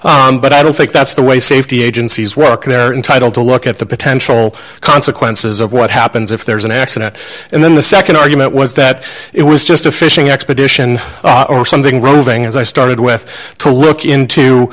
foul but i don't think that's the way safety agencies work they're entitled to look at the potential consequences of what happens if there's an accident and then the nd argument was that it was just a fishing expedition or something roving as i started with to look into